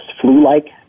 flu-like